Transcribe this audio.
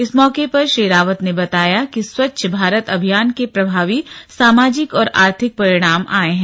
इस मौके पर श्री रावत ने बताया कि स्वच्छ भारत अभियान के प्रभावी सामाजिक और आर्थिक परिणाम आए हैं